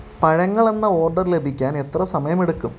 പഴങ്ങളെന്ന order ലഭിക്കാൻ എത്ര സമയമെടുക്കും